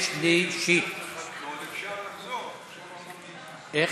(סיום התקשרות בעסקה מתמשכת או ביטולה כמתן הודעת סירוב),